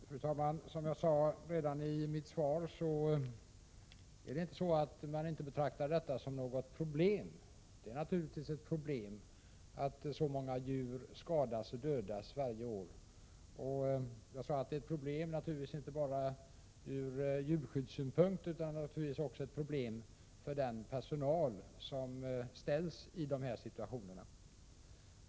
Fru talman! Som jag sade i mitt svar är det inte så, att man inte betraktar detta som ett problem. Det är naturligtvis ett problem att så många djur skadas och dödas varje år. Jag sade att det är ett problem inte bara ur djurskyddssynpunkt utan också för den personal som hamnar i dessa situationer.